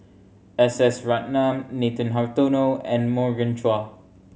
S S Ratnam Nathan Hartono and Morgan Chua